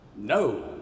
No